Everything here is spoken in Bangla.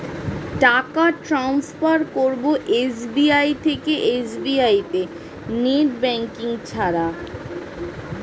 টাকা টান্সফার করব এস.বি.আই থেকে এস.বি.আই তে নেট ব্যাঙ্কিং ছাড়া?